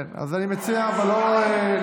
כן, אז אני מציע לא לטעות.